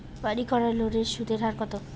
বাড়ির করার লোনের সুদের হার কত?